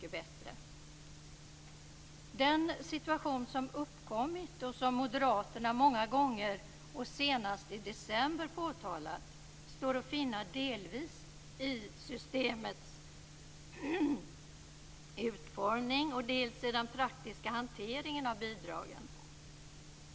Orsakerna till den situation som uppkommit och som moderaterna påtalat många gånger, senast i december, står att finna dels i systemets utformning, dels i den praktiska hanteringen av bidragen.